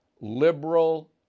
Liberal